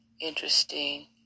interesting